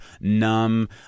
numb